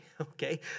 okay